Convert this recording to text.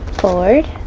forward